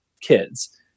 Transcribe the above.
kids